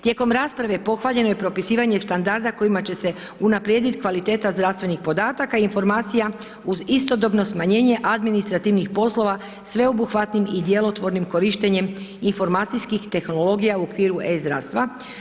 Tijekom rasprave je pohvaljeno i propisivanje standarda kojima će se unaprijediti kvaliteta zdravstvenih podataka informacija uz istodobno smanjenje administrativnih poslova sveobuhvatnim i djelotvornim korištenjem informacijskih tehnologija u okviru e-zdravstva.